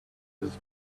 his